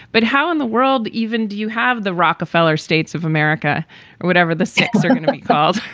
but how in the world even do you have the rockefeller states of america or whatever the six are going to be called?